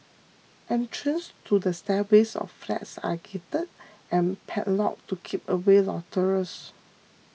entrances to the stairways of flats are gated and padlocked to keep away loiterers